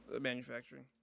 manufacturing